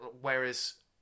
whereas